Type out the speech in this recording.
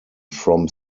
from